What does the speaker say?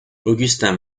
augustin